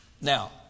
Now